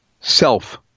self